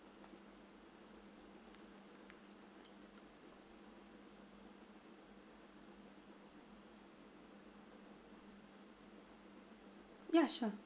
yeah sure